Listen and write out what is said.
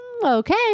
Okay